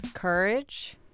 courage